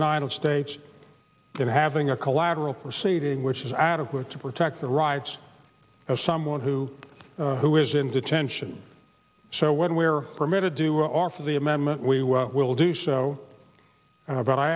united states and having a collateral proceeding which is adequate to protect the rights of someone who who is in detention so when we are permitted to offer the amendment we will do so but i